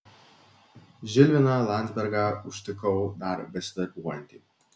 žilviną landzbergą užtikau dar besidarbuojantį